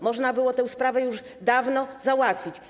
Można było tę sprawę już dawno załatwić.